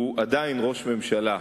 הוא עדיין ראש ממשלה.